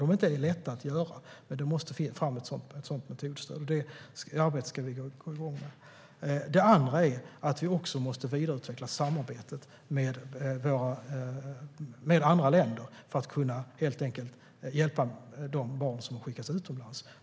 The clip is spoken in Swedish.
De är inte lätta att göra, men det måste fram ett sådant metodstöd, och det arbetet ska vi gå igång med. Det andra är att vi också måste vidareutveckla samarbetet med andra länder för att kunna hjälpa de barn som har skickats utomlands.